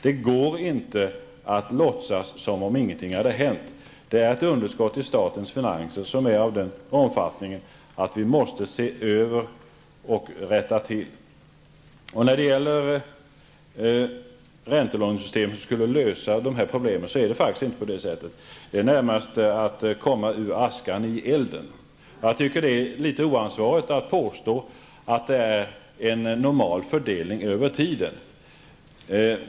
Det går inte att låtsas som om ingenting hade hänt. Det finns ett underskott i statens finanser som är av den omfattningen att vi måste se över och rätta till. Det är faktiskt inte så att ränelånesystemet skulle lösa de här problemen; det är närmast att komma ur askan i elden. Jag tycker att det är litet oansvarigt att påstå att det innebär en normal fördelning över tiden.